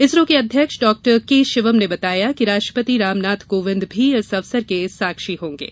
इसरो के अध्यक्ष doctor K Shivam ने बताया कि राष्ट्रपति रामनाथ कोविन्द भी इस अवसर के साक्षी होंगे